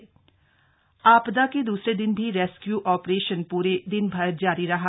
राहत सामग्री आपदा के दूसरे दिन भी रेस्क्यू ऑपरेशन पूरे दिनभर जारी रहा